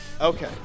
Okay